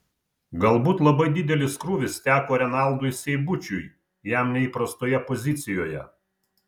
galbūt labai didelis krūvis teko renaldui seibučiui jam neįprastoje pozicijoje